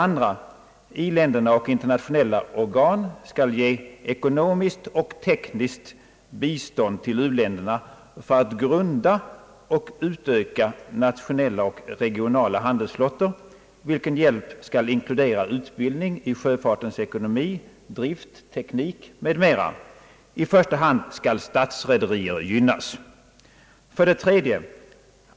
I-länderna och internationella organ skall ge ekonomiskt och tekniskt bistånd till u-länderna för att grunda och utöka nationella och regionala handelsflottor, vilken hjälp skall inkludera utbildning i sjöfartens ekonomi, drift, teknik m.m. I första hand skall statsrederier gynnas. 3.